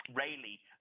rayleigh